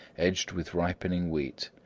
edged with ripening wheat,